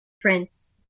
Prince